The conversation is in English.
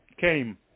came